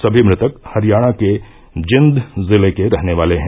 सभी मृतक हरियाणा के जींद जिले के रहने वाले हैं